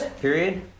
period